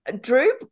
Drew